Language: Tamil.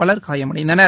பலர் காயமடைந்தனர்